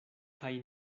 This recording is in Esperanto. kaj